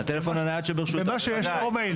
גם המייל.